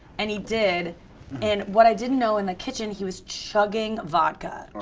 and he did and what i didn't know in the kitchen he was chugging vodka,